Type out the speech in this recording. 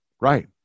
Right